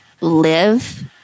live